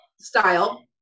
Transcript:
style